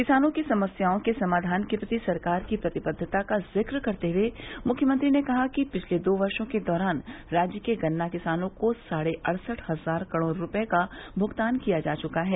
किसानों की समस्याओं के समाधान के प्रति सरकार की प्रतिबद्वता का जिक्र करते हुए मुख्यमंत्री ने कहा कि पिछते दो वर्षो के दौरान राज्य के गन्ना किसानों को साढ़े अड़सठ हजार करोड़ रूपये का भुगतान किया जा चुका है